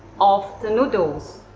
of the noodles.